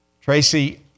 Tracy